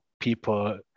people